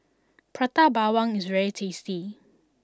Prata Bawang is very tasty